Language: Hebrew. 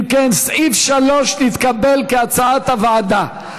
אם כן, סעיף 3 נתקבל, כהצעת הוועדה.